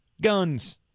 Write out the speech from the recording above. guns